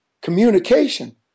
communication